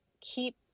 keep